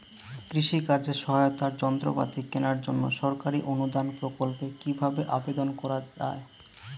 কৃষি কাজে সহায়তার যন্ত্রপাতি কেনার জন্য সরকারি অনুদান প্রকল্পে কীভাবে আবেদন করা য়ায়?